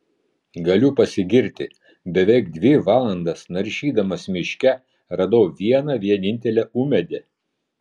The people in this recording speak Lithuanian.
galiu pasigirti beveik dvi valandas naršydamas miške radau vieną vienintelę ūmėdę